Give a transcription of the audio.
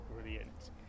Brilliant